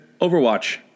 Overwatch